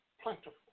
plentiful